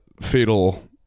fatal